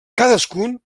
cadascun